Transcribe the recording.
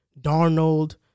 Darnold